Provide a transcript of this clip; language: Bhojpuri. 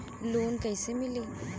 लोन कईसे मिली?